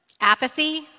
apathy